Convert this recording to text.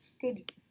good